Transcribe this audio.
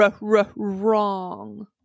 wrong